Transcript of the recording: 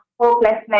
hopelessness